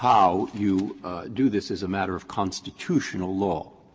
how you do this as a matter of constitutional law,